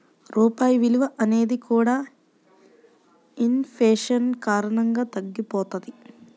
రూపాయి విలువ అనేది కూడా ఇన్ ఫేషన్ కారణంగా తగ్గిపోతది